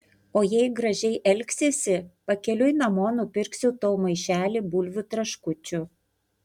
o jei gražiai elgsiesi pakeliui namo nupirksiu tau maišelį bulvių traškučių